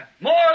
More